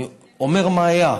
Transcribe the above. אני אומר מה היה.